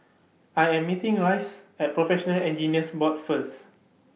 I Am meeting Rice At Professional Engineers Board First